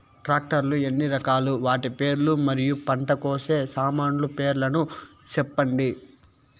Tractor లు ఎన్ని రకాలు? వాటి పేర్లు మరియు పంట కోసే సామాన్లు పేర్లను సెప్పండి?